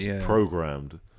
programmed